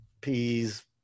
peas